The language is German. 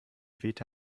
wehte